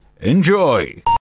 Enjoy